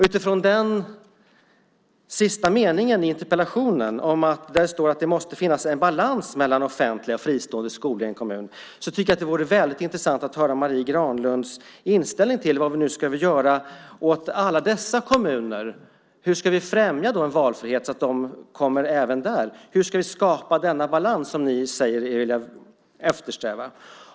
Utifrån meningen i slutet av interpellationen om att det måste finnas en balans mellan offentliga och fristående skolor i en kommun vore det väldigt intressant att höra Marie Granlunds inställning när det gäller vad vi nu ska göra åt alla dessa kommuner. Hur ska vi främja valfrihet så att man kommer fram även där? Hur ska vi skapa den balans som ni säger er eftersträva?